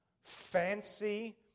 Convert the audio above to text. fancy